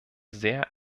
sehr